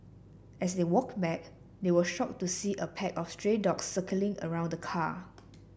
as they walked back they were shocked to see a pack of stray dogs circling around the car